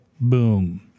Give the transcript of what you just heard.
boom